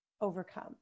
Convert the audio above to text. overcome